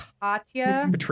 Katya